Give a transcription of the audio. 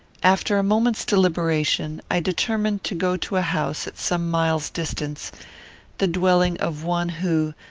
after a moment's deliberation i determined to go to a house at some miles' distance the dwelling of one who,